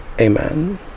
Amen